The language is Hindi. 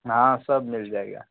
हाँ सब मिल जाएगा